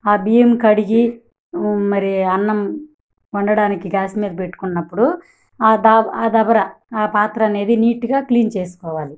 ఆ బియ్యం కడిగి మరి అన్నం వండడానికి గ్యాస్ మీద పెట్టుకున్నప్పుడు ఆ ద ఆ దబర ఆ పాత్ర అనేది నీట్గా క్లీన్ చేసుకోవాలి